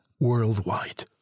worldwide